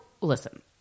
listen